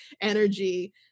energy